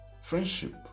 friendship